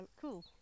cool